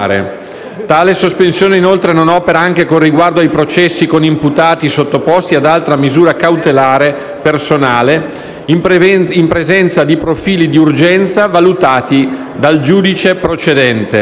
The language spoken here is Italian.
Tale sospensione, inoltre, non opera con riguardo ai processi con imputati sottoposti ad altra misura cautelare personale, in presenza di profili di urgenza valutati dal giudice procedente.